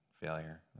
failure